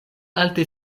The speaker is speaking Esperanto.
alte